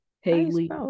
Haley